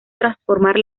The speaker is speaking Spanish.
transformar